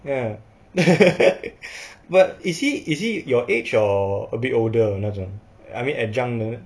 ya but is he is he your age or a bit older 那种 I mean adjunct